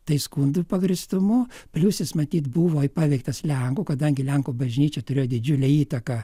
tai skundų pagrįstumu plius jis matyt buvo paveiktas lenkų kadangi lenkų bažnyčia turėjo didžiulę įtaką